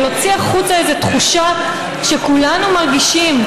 אבל הוציא החוצה איזו תחושה שכולנו מרגישים,